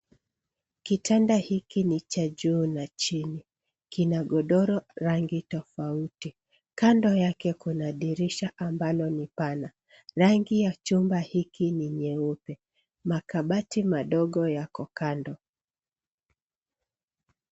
Kitanda hiki ni cha juu na chini. Kina godoro rangi tofauti. Kando yake kuna dirisha ambalo ni pana. Rangi ya chumba hiki ni nyeupe. Makabati madogo yako kando.